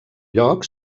lloc